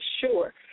sure